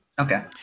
Okay